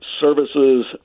Services